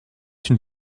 une